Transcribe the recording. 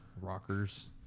rockers